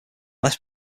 less